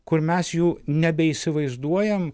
kur mes jų nebeįsivaizduojam